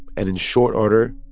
and in short order,